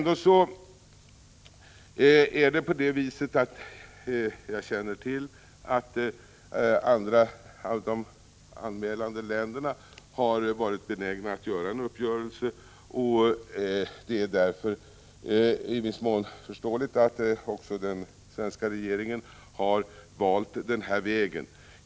Jag känner till att en del av de anmälande länderna har varit benägna att gå med på en uppgörelse, och det är därför i viss mån förståeligt att också den svenska regeringen har valt att gå den vägen.